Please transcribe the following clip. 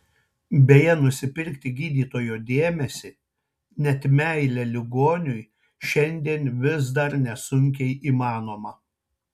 beje nusipirkti gydytojo dėmesį net meilę ligoniui šiandien vis dar nesunkiai įmanoma